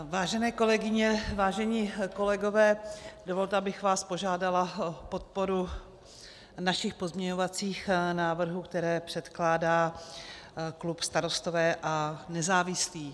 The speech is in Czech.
Vážené kolegyně, vážení kolegové, dovolte, abych vás požádala o podporu našich pozměňovacích návrhů, které předkládá klub Starostové a nezávislí.